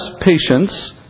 patience